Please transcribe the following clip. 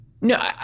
No